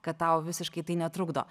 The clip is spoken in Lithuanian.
kad tau visiškai tai netrukdo